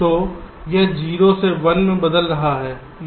तो यह 0 से 1 में बदल रहा है यह 1 से 0 तक बदल रहा है